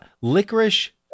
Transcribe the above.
Licorice